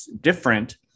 different